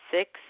six